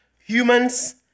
humans